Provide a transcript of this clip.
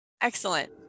Excellent